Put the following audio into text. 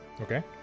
Okay